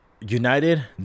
United